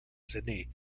sydney